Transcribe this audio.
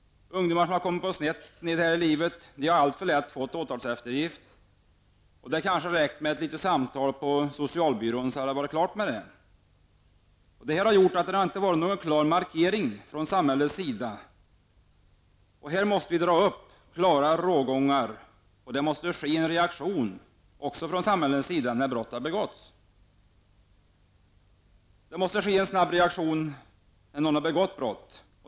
Ungdomar som kommit på sned här i livet har alltför lätt fått åtalseftergift. Det hade kanske räckt med ett samtal på socialbyrån för att utreda det hela. Detta har gjort att det har inte kommit en klar markering från samhällets sida. Det måste dras upp klara rågångar, och det måste ske en reaktion från samhällets sida när brott har begåtts. Det måste ske en snabb reaktion när någon har begått brott.